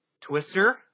Twister